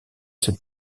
cette